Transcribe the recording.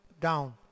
down